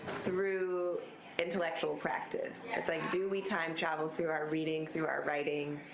through intellectual practice. do we time travel through our reading, through our writing,